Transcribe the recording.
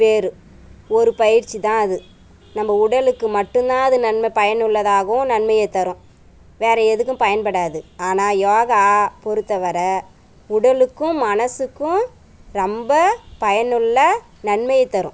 வேறு ஒரு பயிற்சி தான் அது நம்ம உடலுக்கு மட்டுந்தான் அது நன்மை பயனுள்ளதாகும் நன்மையை தரும் வேறு எதுக்கும் பயன்படாது ஆனால் யோகா பொறுத்த வர உடலுக்கும் மனசுக்கும் ரொம்ப பயனுள்ள நன்மையை தரும்